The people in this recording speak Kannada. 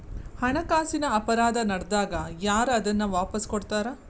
ಹಣಕಾಸಿನ್ ಅಪರಾಧಾ ನಡ್ದಾಗ ಯಾರ್ ಅದನ್ನ ವಾಪಸ್ ಕೊಡಸ್ತಾರ?